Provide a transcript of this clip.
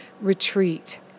retreat